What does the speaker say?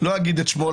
לא אגיד את שמו,